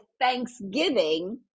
thanksgiving